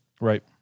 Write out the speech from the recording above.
Right